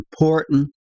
important